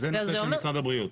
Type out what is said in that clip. וזה נושא של משרד הבריאות.